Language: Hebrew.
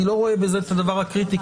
אני לא רואה בזה את הדבר הקריטי,